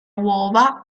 uova